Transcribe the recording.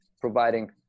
providing